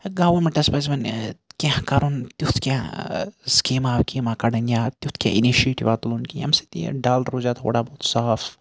governments پَزِ وۄنۍ کینٛہہ کَرُن تیُتھ کینٛہہ سکیٖما وِکیٖما کَڑٕنۍ یا تیُتھ کینٛہہ اِنِشییٹِوا تُلُن کہِ ییٚمہِ سۭتۍ یہِ ڈَل روزِہا تھوڈا بہت صاف